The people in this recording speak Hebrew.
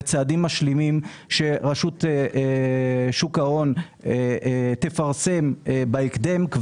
וצעדים משלימים שרשות שוק ההון תפרסם בהקדם?